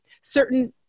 certain